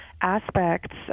aspects